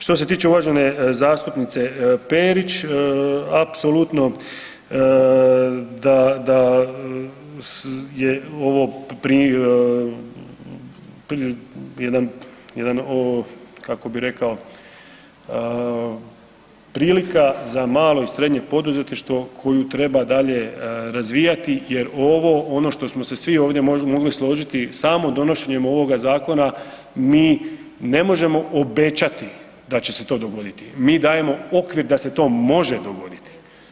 Što se tiče uvažene zastupnice Perić, apsolutno daje ovo jedan, jedan, kako bi rekao, prilika za malo i srednje poduzetništvo koju treba dalje razvijati jer ovo, ono što smo se svi ovdje mogli složiti samo donošenjem ovog zakona mi ne možemo obećati da će se to dogoditi, mi dajemo okvir da se to može dogoditi.